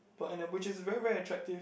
per annum which is very very attractive